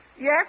Yes